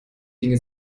dinge